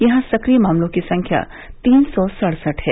यहां संक्रिय मामलों की संख्या तीन सौ सड़सठ है